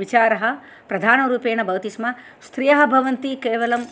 विचारः प्रधानरूपेण भवति स्म स्त्रियः भवन्ति केवलं